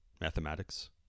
mathematics